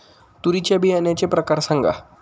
तूरीच्या बियाण्याचे प्रकार सांगा